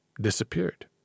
disappeared